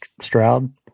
Stroud